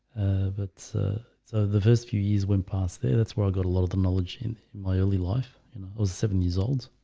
but so the first few years went past there, that's where i got a lot of the knowledge in my early life, you know i was seven years old